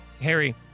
Harry